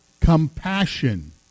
compassion